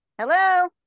hello